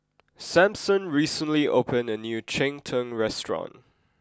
Samson recently opened a new Cheng Tng restaurant